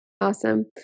Awesome